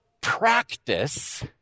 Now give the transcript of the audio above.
practice